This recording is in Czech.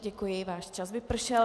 Děkuji, váš čas vypršel.